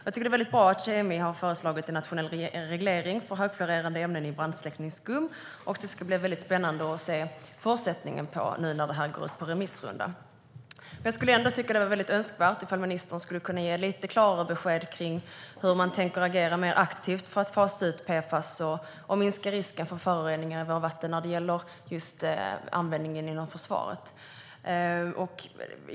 Det är väldigt bra att Kemikalieinspektionen har föreslagit en nationell reglering för högfluorerade ämnen i brandsläckningsskum, och det ska bli spännande att se fortsättningen när detta nu går ut på remiss. Jag tycker ändå att det vore önskvärt om ministern kunde ge lite klarare besked om hur man tänker agera mer aktivt för att fasa ut PFAS och minska risken för föroreningar i våra vatten när det gäller just användningen inom försvaret.